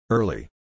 Early